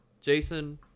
Jason